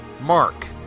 mark